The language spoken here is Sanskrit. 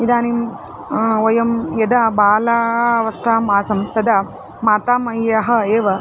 इदानीं वयं यदा बाल्यावस्थाम् आसं तदा मातामह्येव एव